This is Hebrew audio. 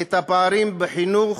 את הפערים בחינוך,